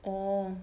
orh